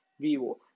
Vivo